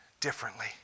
differently